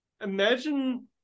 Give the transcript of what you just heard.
imagine